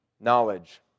knowledge